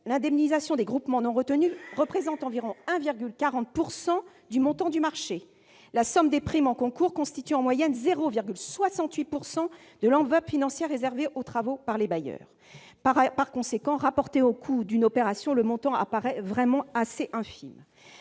l'indemnisation des groupements non retenus représente environ 1,4 % du montant du marché et la somme des primes en concours constitue, en moyenne, 0,68 % de l'enveloppe financière réservée aux travaux par les bailleurs. Par conséquent, rapporté au coût d'une opération, le montant apparaît vraiment assez infime.